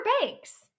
Banks